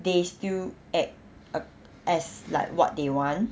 they still act as like what they want